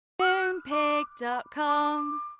Moonpig.com